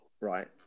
right